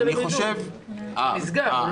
הוא נסגר.